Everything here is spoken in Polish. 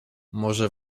może